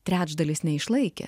trečdalis neišlaikė